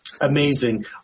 Amazing